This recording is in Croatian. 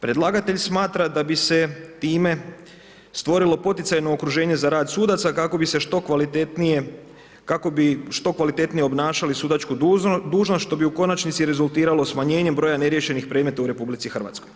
Predlagatelj smatra da bi se time stvorilo poticajno okruženje za rad sudaca kako bi se što kvalitetnije, kako bi što kvalitetnije obnašali sudačku dužnost što bi u konačnici rezultiralo smanjenjem broj neriješenih predmeta u RH.